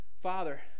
Father